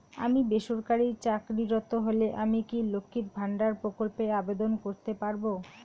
আমি বেসরকারি চাকরিরত হলে আমি কি লক্ষীর ভান্ডার প্রকল্পে আবেদন করতে পারব?